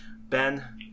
Ben